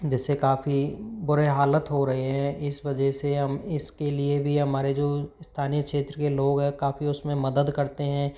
जिससे काफ़ी बुरे हालत हो रहे हैं इस वजह से हम इसके लिए भी हमारे जो स्थानीय क्षेत्र के लोग हैं काफ़ी उसमें मदद करते हैं